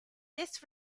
this